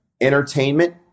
entertainment